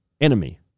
enemy